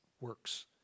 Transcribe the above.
works